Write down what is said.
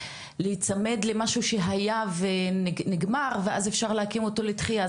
להיצמד למשהו שהיה ונגמר ואז אפשר להקים אותו לדחייה.